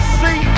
see